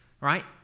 right